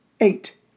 eight